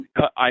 cut